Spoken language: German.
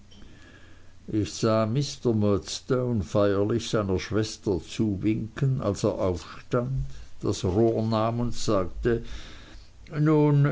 ich sah mr murdstone feierlich seiner schwester zuwinken als er aufstand das rohr nahm und sagte nun